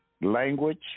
language